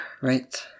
Right